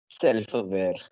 self-aware